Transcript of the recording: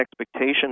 expectation